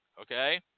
okay